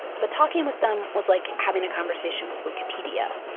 but talking with them was like having a conversation with wikipedia,